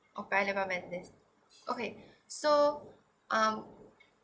oh paya lebar methodist okay so um